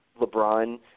LeBron